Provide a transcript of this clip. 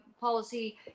policy